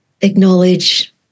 acknowledge